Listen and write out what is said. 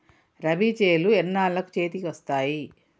రబీ చేలు ఎన్నాళ్ళకు చేతికి వస్తాయి?